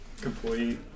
complete